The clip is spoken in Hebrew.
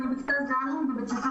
אני תלמידה בכיתה ז' בבית ספר